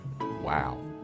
Wow